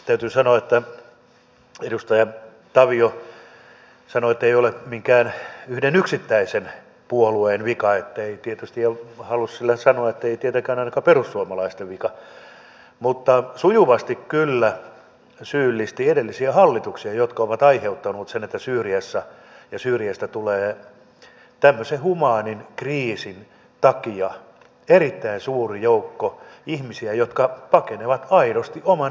edustaja tavio sanoi että ei ole minkään yhden yksittäisen puolueen vika ja tietysti halusi sillä sanoa ettei tietenkään ainakaan perussuomalaisten vika mutta sujuvasti kyllä syyllisti edellisiä hallituksia jotka ovat aiheuttaneet sen että syyriassa ja syyriasta tulee tämmöisen humaanin kriisin takia erittäin suuri joukko ihmisiä jotka pakenevat aidosti oman henkensä takia